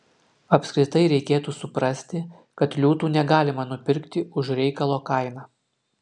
apskritai reikėtų suprasti kad liūtų negalima nupirkti už reikalo kainą